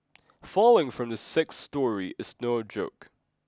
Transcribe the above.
falling from the sixth storey is no joke